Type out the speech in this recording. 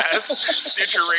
Stitcher